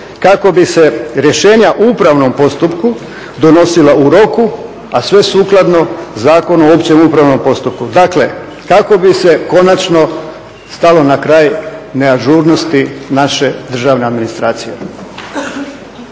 kako bi se rješenja u upravnom postupku donosila u roku, a sve sukladno Zakonu o općem upravnom postupku dakle kako bi se konačno stalo na kraj neažurnosti naše državne administracije.